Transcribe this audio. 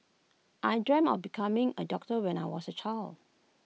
I dreamt of becoming A doctor when I was A child